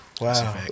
Wow